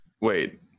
Wait